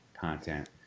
content